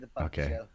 Okay